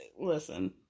listen